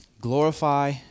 glorify